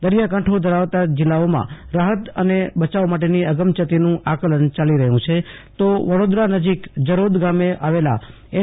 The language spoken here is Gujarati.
દરિયાકાંઠે ધરાવતા જીલાઓમાં રાફત અને બચાવ માટેની અગમચેતીનું આકલન ચાલી રહ્યું છે તો વડોદરા નજીક જરોદ ગામે આવેલા એન